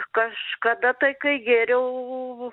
kažkada tai kai geriau